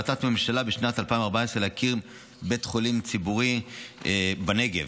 הממשלה החליטה בשנת 2014 להקים בית חולים ציבורי בנגב.